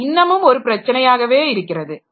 அது இன்னமும் ஒரு பிரச்சனையாகவே இருக்கிறது